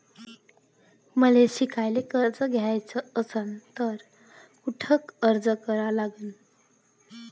मले शिकायले कर्ज घ्याच असन तर कुठ अर्ज करा लागन?